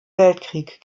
weltkrieg